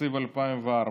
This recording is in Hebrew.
תקציב 2004,